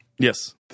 Yes